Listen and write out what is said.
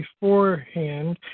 beforehand